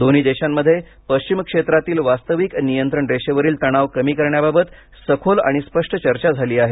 दोन्ही देशांमध्ये पश्चिम क्षेत्रातील वास्तविक नियंत्रण रेषेवरील तणाव कमी करण्याबाबत सखोल आणि स्पष्ट चर्चा झाली आहे